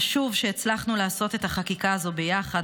חשוב שהצלחנו לעשות את החקיקה הזו ביחד,